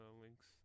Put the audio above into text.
links